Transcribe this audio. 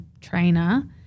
trainer